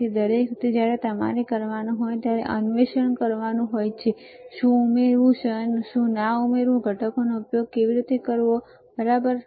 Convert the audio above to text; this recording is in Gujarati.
તેથી દરેક વખતે જ્યારે તમારે કરવાનું હોય ત્યારે તમારે અન્વેષણ કરવાનું હોય છે શું ઉમેરવું શું ન ઉમેરવું તે ઘટકોનો ઉપયોગ કેવી રીતે કરવો બરાબર